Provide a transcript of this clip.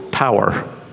Power